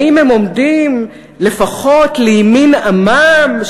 האם הם עומדים לפחות לימין עמם,